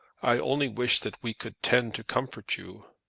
i only wish that we could tend to comfort you.